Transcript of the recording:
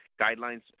guidelines